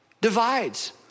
divides